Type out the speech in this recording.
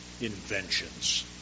inventions